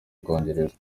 bwongereza